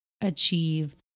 achieve